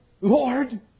Lord